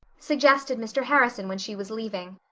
suggested mr. harrison when she was leaving.